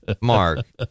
mark